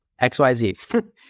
XYZ